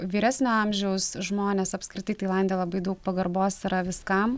vyresnio amžiaus žmones apskritai tailande labai daug pagarbos yra viskam